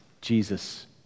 Jesus